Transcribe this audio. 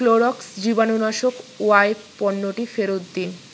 Clorox জীবাণুনাশক wipe পণ্যটি ফেরত দিন